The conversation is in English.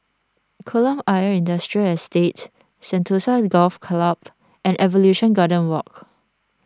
Kolam Ayer Industrial Estate Sentosa Golf Club and Evolution Garden Walk